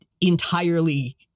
entirely